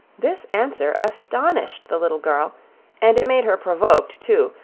this answer astonished the little girl and it made her provoked, too,